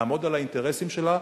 לעמוד על האינטרסים שלה.